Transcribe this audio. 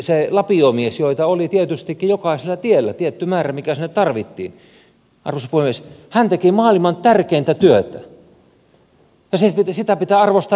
se lapiomies joita oli tietystikin jokaisella tiellä tietty määrä mikä siinä tarvittiin arvoisa puhemies teki maailman tärkeintä työtä ja sitä pitää arvostaa tänäkin päivänä